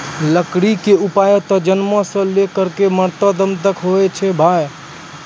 लकड़ी के उपयोग त जन्म सॅ लै करिकॅ मरते दम तक पर होय छै भाय